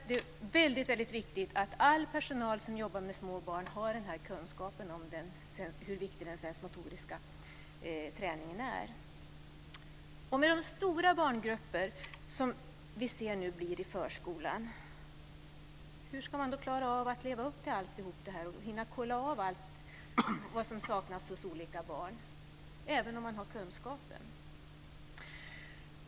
Det är alltså väldigt viktigt att all personal som jobbar med små barn har kunskap om hur väsentlig den sensmotoriska träningen är. Med de stora barngrupper som vi nu ser att det blir i förskolan kan man undra hur man ska klara av att leva upp till allt detta och hinna kolla av allt som saknas hos olika barn; detta trots att kunskapen finns.